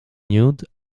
nude